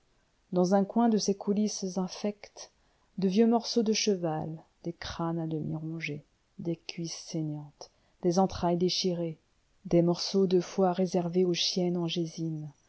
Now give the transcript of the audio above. dans un coin de ces coulisses infectes de vieux morceaux de cheval des crânes à demi rongés des cuisses saignantes des entrailles déchirées des morceaux de foie réservés aux chiennes